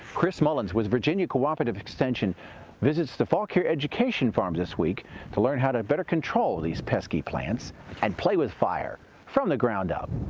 chris mullins with virginia cooperative extension visits the fauquier education farm this week to learn how to better control these pesky plants and play with fire, from the ground up.